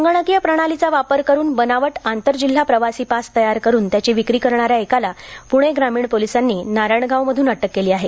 संगणकीय प्रणालीचा वापर करून बनावट आंतर जिल्हा प्रवासी पास तयार करून त्याची विक्री कराणाऱ्या एकाला पुणे ग्रामीण पोलिसांनी नारायणगावमध्रन अटक केली आहे